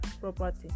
property